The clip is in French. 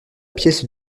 pièce